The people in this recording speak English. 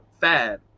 fab